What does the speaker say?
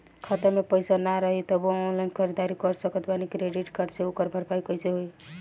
खाता में पैसा ना रही तबों ऑनलाइन ख़रीदारी कर सकत बानी क्रेडिट कार्ड से ओकर भरपाई कइसे होई?